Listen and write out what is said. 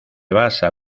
basa